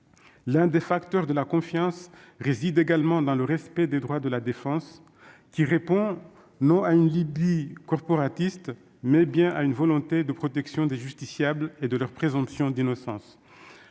L'un des facteurs de la confiance réside également dans le respect des droits de la défense, qui répond non à une lubie corporatiste, mais bien à une volonté de protection des justiciables et de leur présomption d'innocence.